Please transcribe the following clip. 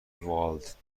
والت